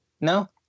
No